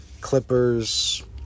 Clippers